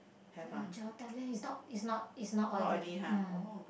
like a gel type then it's not it's not it's not oily